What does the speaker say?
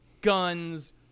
guns